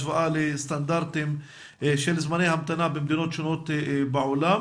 השוואה לסטנדרטים של זמני המתנה במדינות שונות בעולם.